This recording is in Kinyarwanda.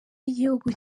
igihugu